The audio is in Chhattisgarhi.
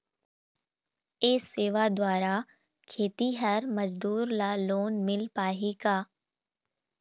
ये सेवा द्वारा खेतीहर मजदूर ला लोन मिल पाही का?